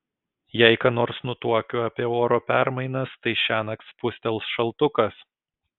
jei ką nors nutuokiu apie oro permainas tai šiąnakt spustels šaltukas